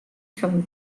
from